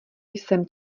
jsem